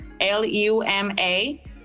l-u-m-a